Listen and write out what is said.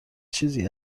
چیزی